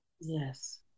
yes